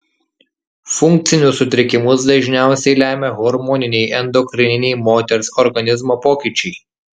funkcinius sutrikimus dažniausiai lemia hormoniniai endokrininiai moters organizmo pokyčiai